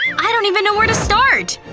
i don't even know where to start!